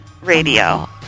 Radio